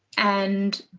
and